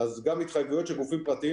אז גם התחייבויות של גופים פרטיים,